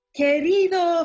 Querido